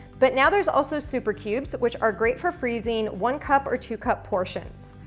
but now there's also super cubes, which are great for freezing one-cup or two-cup portions.